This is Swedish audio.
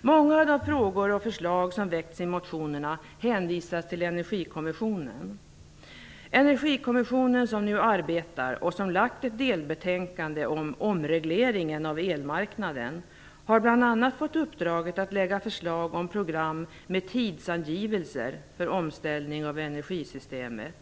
Många av de frågor och förslag som väckts i motionerna hänvisas till Energikommissionen. Energikommissionen som nu arbetar och som har lagt fram ett delbetänkande om omregleringen av elmarknaden har bl.a. fått uppdraget att lägga fram förslag om program med tidsangivelser för omställningen av energisystemet.